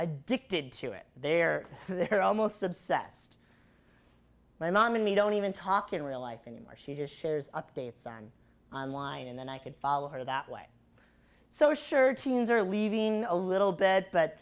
addicted to it there are almost obsessed my mom and me don't even talk in real life anymore she just shares updates on on line and then i could follow her that way so sure teens are leaving a little b